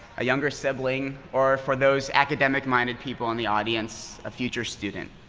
a younger sibling, or for those academic minded people in the audience, of future student.